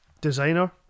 designer